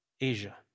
Asia